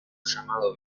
llamado